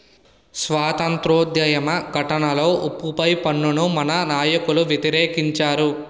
స్వాతంత్రోద్యమ ఘట్టంలో ఉప్పు పై పన్నును మన నాయకులు వ్యతిరేకించారు